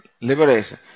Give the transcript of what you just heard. liberation